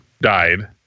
died